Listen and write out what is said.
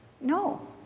No